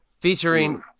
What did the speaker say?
Featuring